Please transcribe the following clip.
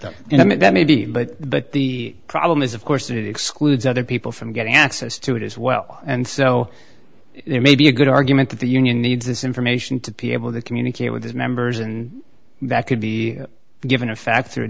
them and that may be but but the problem is of course that excludes other people from getting access to it as well and so it may be a good argument that the union needs this information to p able to communicate with his members and that could be given a fact